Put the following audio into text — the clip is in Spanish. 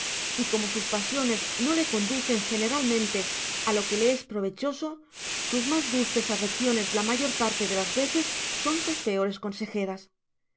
y como sus pasiones no le conducen generalmente á lo que le es provechoso sus mas dulces afecciones ia mayor parte de las veces son sus peores consejeras